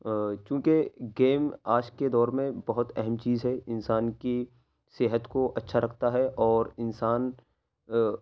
کیونکہ گیم آج کے دور میں بہت اہم چیز ہے انسان کی صحت کو اچھا رکھتا ہے اور انسان